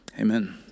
Amen